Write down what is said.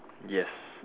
yes